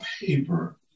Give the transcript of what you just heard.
paper